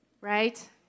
right